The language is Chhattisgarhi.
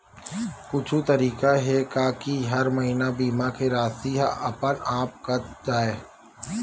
कुछु तरीका हे का कि हर महीना बीमा के राशि हा अपन आप कत जाय?